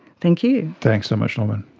thank you. thanks so much norman.